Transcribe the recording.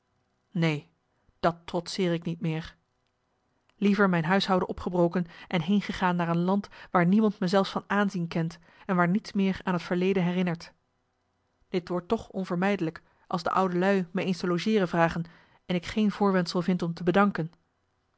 neen dat trotseer ik niet meer liever mijn huishouden opgebroken en heengegaan naar een land waar niemand me zelfs van aanzien kent en waar niets meer aan het verleden herinnert dit wordt toch onvermijdelijk als de oude lui me eens te logeeren vragen en ik geen voorwendsel vind om te bedanken